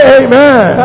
amen